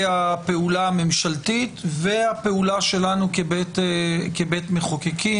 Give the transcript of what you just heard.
הפעולה הממשלתית והפעולה שלנו כבית מחוקקים.